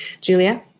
Julia